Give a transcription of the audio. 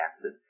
acid